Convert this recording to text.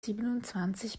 siebenundzwanzig